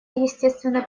естественно